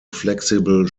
flexible